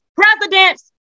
presidents